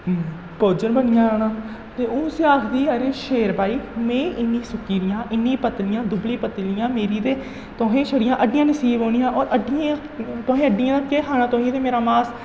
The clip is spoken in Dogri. भोजन बनी जाना ते ओह् उसी आखदी अरे शेर भाई में इन्नी सुक्की दियां इन्नी पतली आं दुबली पतली आं मेरी ते तोहें छड़ियां हड्डियां नसीब होनियां होर हड्डियें तोहें हड्डियें दा केह् खाना तोहें ते मेरा मास